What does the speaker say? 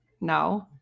No